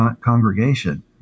congregation